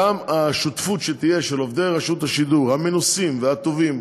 גם השותפות בין עובדי רשות השידור המנוסים והטובים